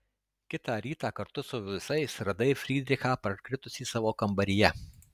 kitą rytą kartu su visais radai frydrichą parkritusį savo kambaryje